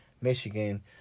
Michigan